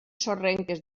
sorrenques